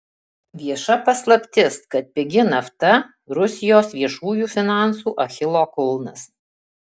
vieša paslaptis kad pigi nafta rusijos viešųjų finansų achilo kulnas